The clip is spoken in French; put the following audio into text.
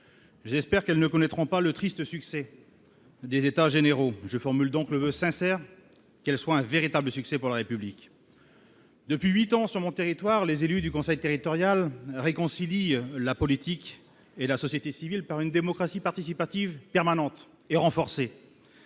j'espère qu'elle ne connaîtront pas le triste succès des états généraux, je formule donc le voeu sincère qu'elle soit un véritable succès pour la République depuis 8 ans sur mon territoire, les élus du conseil territorial réconcilie la politique et la société civile par une démocratie participative permanente et renforcée,